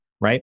right